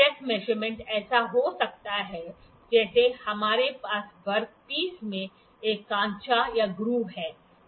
step measurement ऐसा हो सकता है जैसे हमारे पास वर्कपीस में एक खांचा है